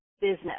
business